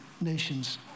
nations